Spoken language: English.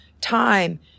time